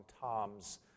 Tom's